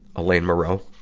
alain moreau.